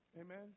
Amen